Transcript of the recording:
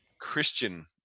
Christian